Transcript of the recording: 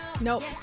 Nope